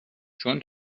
چون